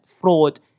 fraud